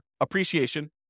appreciation